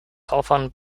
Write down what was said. southern